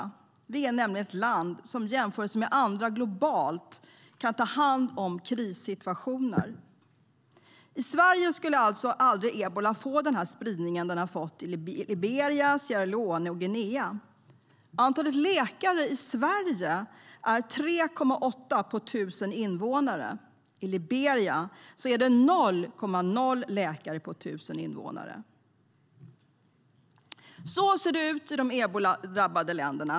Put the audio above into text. Sverige är nämligen ett land som i jämförelse med andra globalt kan ta hand om krissituationer. I Sverige skulle ebola aldrig få den spridning som den har fått i Liberia, Sierra Leone och Guinea. Antalet läkare i Sverige är 3,8 på 1 000 invånare. I Liberia är det 0,0 läkare på 1 000 invånare. Så ser det ut i de eboladrabbade länderna.